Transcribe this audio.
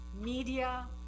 Media